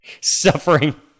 suffering